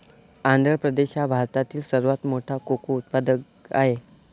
आंध्र प्रदेश हा भारतातील सर्वात मोठा कोको उत्पादक आहे